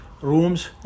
rooms